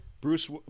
Bruce